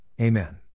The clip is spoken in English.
Amen